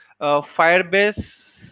firebase